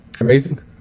Amazing